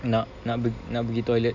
nak nak pergi toilet